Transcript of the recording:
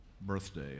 birthday